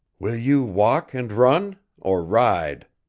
will you walk and run, or ride?